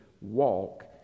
walk